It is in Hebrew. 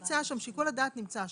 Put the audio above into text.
שיקול הדעת נמצא שם.